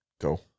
go